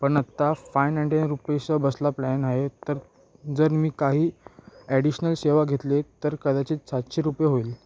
पण आत्ता five ninety रुपीसचं बसला प्लॅन आहे तर जर मी काही ॲडिशनल सेवा घेतली तर कदाचित सातशे रुपये होईल